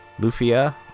Lufia